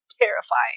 terrifying